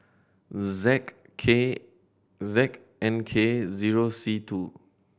Z K Z N K zero C two